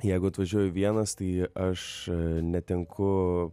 jeigu atvažiuoju vienas tai aš netenku